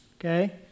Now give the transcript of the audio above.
okay